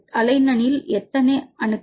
அலனைனில் எத்தனை அணுக்கள்